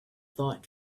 thought